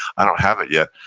i don't have it yet.